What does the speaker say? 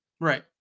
Right